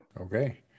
Okay